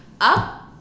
up